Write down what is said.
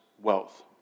wealth